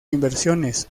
inversiones